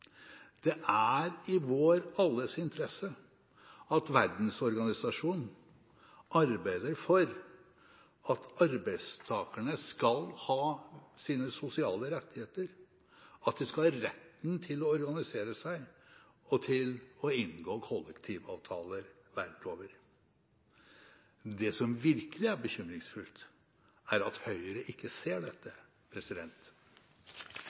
Det er i vår alles interesse at verdensorganisasjonen arbeider for at arbeidstakere skal ha sine sosiale rettigheter, at de skal ha retten til å organisere seg og til å inngå kollektivavtaler verden over. Det som virkelig er bekymringsfullt, er at Høyre ikke ser dette.